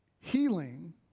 healing